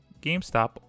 GameStop